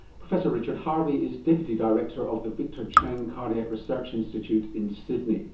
professor richard harvey is deputy director of the victor chang cardiac research institute in sydney.